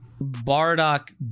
Bardock